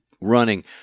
running